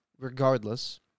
Regardless